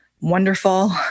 Wonderful